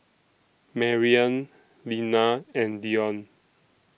Mariann Linna and Dion